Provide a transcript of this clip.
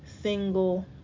single